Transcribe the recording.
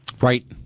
Right